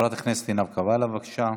חברת הכנסת עינב קאבלה, בבקשה.